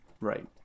right